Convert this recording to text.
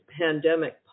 pandemic